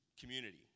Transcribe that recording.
community